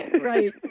Right